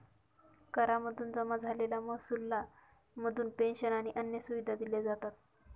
करा मधून जमा झालेल्या महसुला मधून पेंशन आणि अन्य सुविधा दिल्या जातात